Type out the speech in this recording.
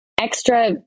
extra